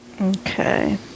Okay